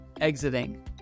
exiting